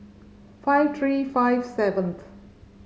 five three five seventh